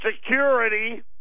Security